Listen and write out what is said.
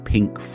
Pink